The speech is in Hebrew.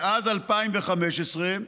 מאז 2015,